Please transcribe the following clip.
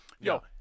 Yo